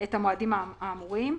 את המועדים האמורים.